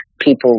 people